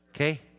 Okay